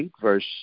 verse